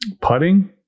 putting